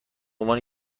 عنوان